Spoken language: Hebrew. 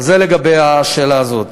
זה לגבי השאלה הזאת.